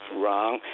wrong